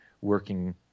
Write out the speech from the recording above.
working